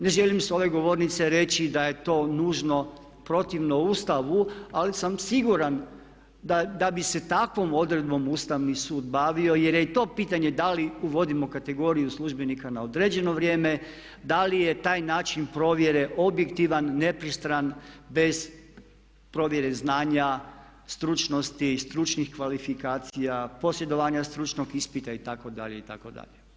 Ne želim s ove govornice reći da je to nužno protivno Ustavu ali sam siguran da bi se takvom odredbom Ustavni sud bavio jer je i to pitanje da li uvodimo kategoriju službenika na određeno vrijeme, da li je taj način provjere objektivan, nepristran bez provjere znanja, stručnosti i stručnih kvalifikacija, posjedovanja stručnog ispita itd. itd.